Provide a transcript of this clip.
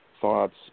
thoughts